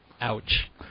Ouch